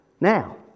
now